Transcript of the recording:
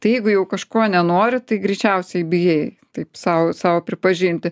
tai jeigu jau kažko nenori tai greičiausiai bijai taip sau sau pripažinti